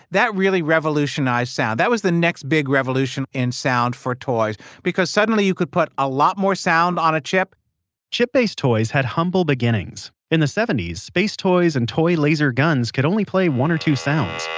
that really revolutionized sound. that was the next big revolution in sound for toys because suddenly you could put a lot more sound on a chip chip-based toys had humble beginnings. in the seventy s, space toys and toy laser guns could only play one or two sounds.